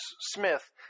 Smith